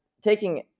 Taking